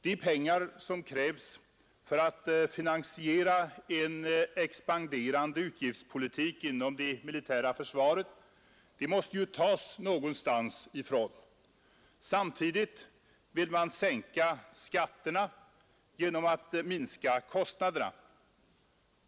De pengar som krävs för att finansiera en expanderande utgiftspolitik inom det militära försvaret måste ju tas från något håll. Samtidigt vill man sänka skatterna genom att minska kostnaderna.